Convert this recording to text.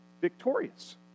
victorious